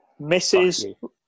Mrs